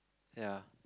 ya